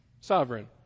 sovereign